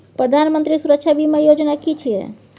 प्रधानमंत्री सुरक्षा बीमा योजना कि छिए?